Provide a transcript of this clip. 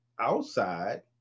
outside